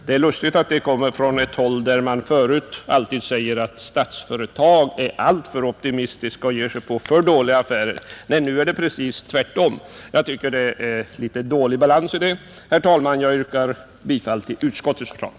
Det är lustigt att en sådan uppfattning förs fram från ett håll där det förut alltid sagts att man inom Statsföretag är alltför optimistisk och ger sig in på för dåliga affärer. Jag tycker att det är litet dålig balans mellan de olika uttalandena. Herr talman! Jag yrkar bifall till utskottets förslag.